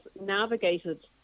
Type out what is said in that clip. navigated